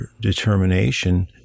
determination